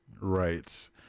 right